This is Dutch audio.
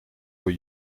voor